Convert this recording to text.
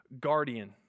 guardian